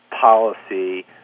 policy